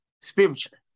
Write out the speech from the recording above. spiritually